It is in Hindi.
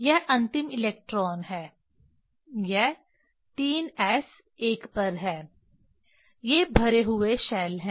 यह अंतिम इलेक्ट्रॉन है यह 3 s 1 पर है ये भरे हुए शैल हैं